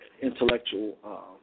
intellectual